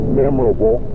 memorable